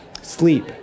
Sleep